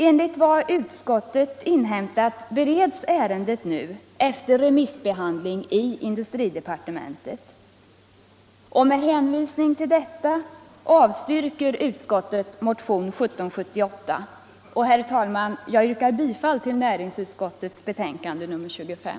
Enligt vad utskottet inhämtat bereds ärendet nu, efter remissbehandling, i industridepartementet. Med hänvisning till detta avstyrker utskottet motionen. Herr talman! Jag yrkar bifall till näringsutskottets hemställan i betänkandet nr 25.